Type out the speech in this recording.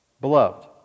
Beloved